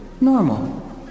Normal